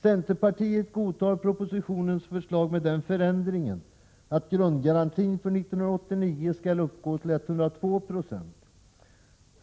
Centerpartiet godtar propositionens förslag med den förändringen att grundgarantin för 1989 skall uppgå till 102 26.